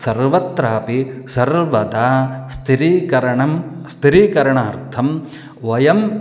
सर्वत्रापि सर्वदा स्थिरीकरणं स्थिरीकरणार्थं वयं